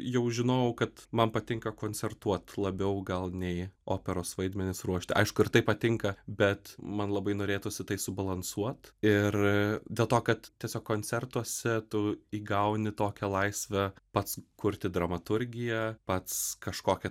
jau žinojau kad man patinka koncertuot labiau gal nei operos vaidmenis ruošti aišku ir tai patinka bet man labai norėtųsi tai subalansuot ir dėl to kad tiesiog koncertuose tu įgauni tokią laisvę pats kurti dramaturgiją pats kažkokią